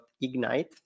Ignite